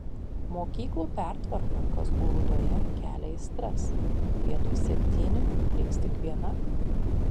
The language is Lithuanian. mokyklų pertvarka kazlų rūdoje kelia aistras vietoj septynių liks tik viena